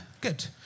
Good